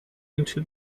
into